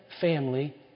family